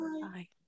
Bye